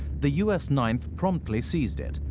the u s. ninth promptly seized it,